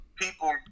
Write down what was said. people